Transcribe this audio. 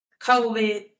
COVID